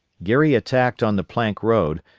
geary attacked on the plank road,